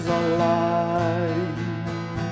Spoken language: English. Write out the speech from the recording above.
alive